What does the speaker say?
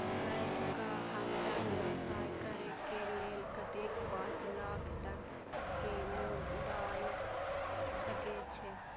Bank का हमरा व्यवसाय करें के लेल कतेक पाँच लाख तक के लोन दाय सके छे?